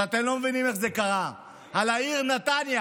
שאתם לא מבינים איך זה קרה, על העיר נתניה,